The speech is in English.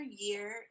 year